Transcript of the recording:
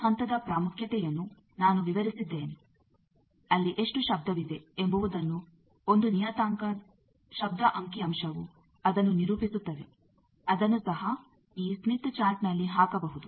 ಈ ಹಂತದ ಪ್ರಾಮುಖ್ಯತೆಯನ್ನು ನಾನು ವಿವರಿಸಿದ್ದೇನೆ ಅಲ್ಲಿ ಎಷ್ಟು ಶಬ್ಧವಿದೆ ಎಂಬುವುದನ್ನು ಒಂದು ನಿಯತಾಂಕ ಶಬ್ಧ ಅಂಕಿ ಅಂಶವು ಅದನ್ನು ನಿರೂಪಿಸುತ್ತದೆ ಅದನ್ನು ಸಹ ಈ ಸ್ಮಿತ್ ಚಾರ್ಟ್ನಲ್ಲಿ ಹಾಕಬಹುದು